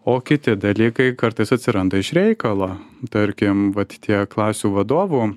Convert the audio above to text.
o kiti dalykai kartais atsiranda iš reikalo tarkim vat tie klasių vadovų